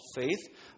faith